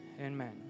Amen